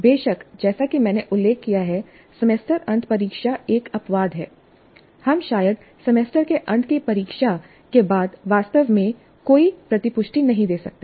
बेशक जैसा कि मैंने उल्लेख किया है सेमेस्टर अंत परीक्षा एक अपवाद है हम शायद सेमेस्टर के अंत की परीक्षा के बाद वास्तव में कोई प्रतिपुष्टि नहीं दे सकते